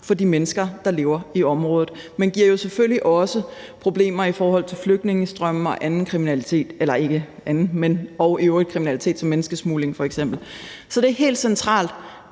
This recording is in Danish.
for de mennesker, der lever i området, men det giver jo selvfølgelig også problemer i forhold til flygtningestrømme og kriminalitet som menneskesmugling f.eks. Så det er helt centralt,